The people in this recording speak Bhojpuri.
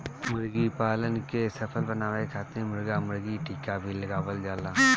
मुर्गीपालन के सफल बनावे खातिर मुर्गा मुर्गी के टीका भी लगावल जाला